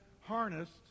harnessed